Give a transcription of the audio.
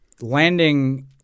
landing